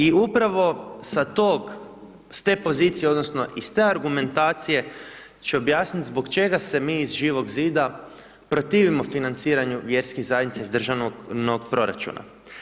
I upravo sa te pozicije, odnosno, iz te argumentacije ću objasniti zbog čega se mi iz Živog zida protivimo financiranje vjerskih zajednica iz državnog proračuna.